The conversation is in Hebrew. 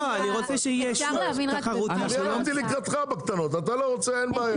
אני באתי לקראתך בקטנות , אתה לא רוצה אין בעיה.